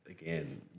again